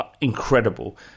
Incredible